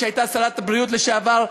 שרת הבריאות לשעבר,